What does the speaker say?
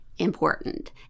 important